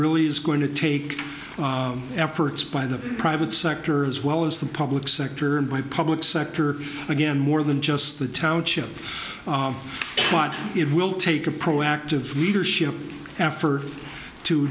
really is going to take efforts by the private sector as well as the public sector and by public sector again more than just the township but it will take a proactive leadership effort to